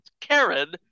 Karen